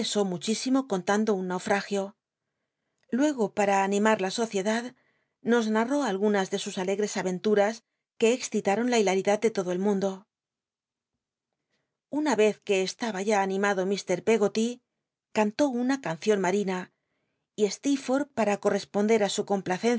chisimo contando un naufragio luego para animar la sociedad nos narró algtmas de sus alegres al'enluras que excitaron la hilaridad de todo el mundo una ez c ue estaba ya animado mr peggoty cantó una cancion mtwina y sc para corresponder á su